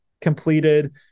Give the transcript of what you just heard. completed